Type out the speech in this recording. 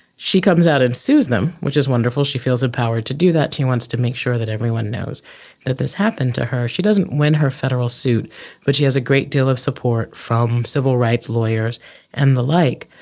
she comes out and sues them, which is wonderful, she feels empowered to do that, she wants to make sure that everyone knows that this happened to her. she doesn't win her federal suit but she has a great deal of support from civil rights lawyers and the like.